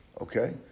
Okay